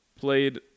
played